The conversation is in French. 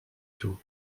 tout